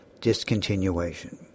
discontinuation